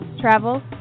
travel